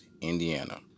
Indiana